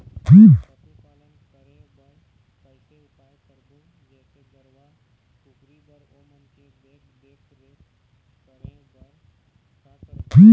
पशुपालन करें बर कैसे उपाय करबो, जैसे गरवा, कुकरी बर ओमन के देख देख रेख करें बर का करबो?